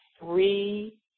three